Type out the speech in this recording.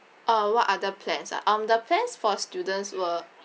uh what other plans ah um the plans for students were